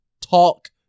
talk